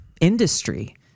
industry